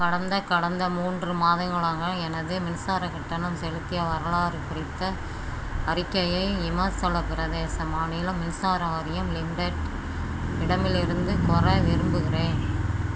கடந்த கடந்த மூன்று மாதங்களாக எனது மின்சாரக் கட்டணம் செலுத்திய வரலாறு குறித்த அறிக்கையை இமாச்சலப் பிரதேச மாநில மின்சார வாரியம் லிமிடெட் இடமிருந்து கோர விரும்புகிறேன்